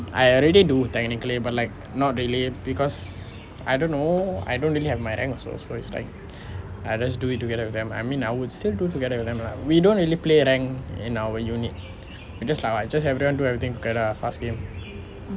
I already do technically but like not really because I don't know I don't really have my rank also so it's like I just do it together with them I mean I would still do together with them lah we don't really play rank in our unit we just just everyone do everything together lah fast game